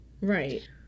Right